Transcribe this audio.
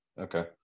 okay